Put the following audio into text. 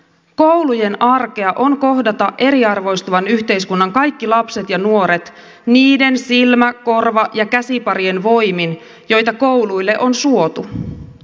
koulujen arkea on kohdata eriarvoistuvan yhteiskunnan kaikki lapset ja nuoret niiden silmä korva ja käsiparien voimin joita kouluille on suotu